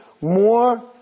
more